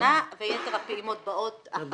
ואז